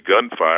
gunfire